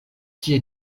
kie